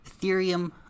Ethereum